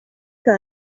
que